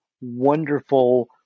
wonderful